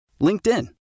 LinkedIn